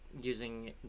using